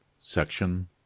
Section